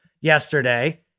yesterday